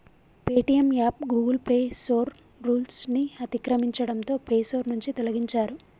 Paytm app Google Play Store rules ని అతిక్రమించడంతో Play Store నుంచి తొలగించారు